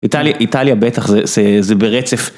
איטליה בטח, זה ברצף.